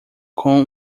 com